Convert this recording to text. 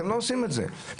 אתם לא עושים את הדבר הזה.